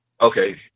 Okay